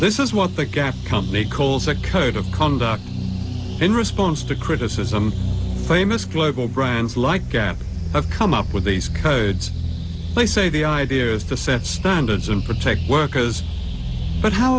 this is what the gas company calls a code of conduct in response to criticism famous global brands like gap i've come up with these codes they say the idea is to set standards and protect workers but how